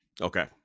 Okay